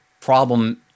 problem